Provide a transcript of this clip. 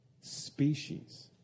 species